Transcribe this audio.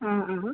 ആ ആ